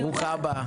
ברוכה הבאה.